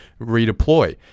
redeploy